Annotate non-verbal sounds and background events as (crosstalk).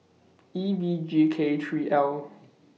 E V G K three L (noise)